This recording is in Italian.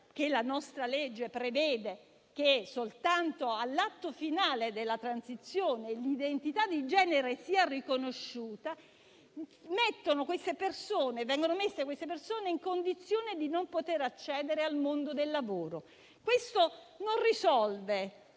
perché la nostra legge prevede che soltanto all'atto finale della transizione l'identità di genere sia riconosciuta, mettendo queste persone in condizione di non poter accedere al mondo del lavoro. Questo non risolve